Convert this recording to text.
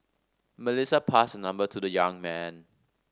Melissa passed her number to the young man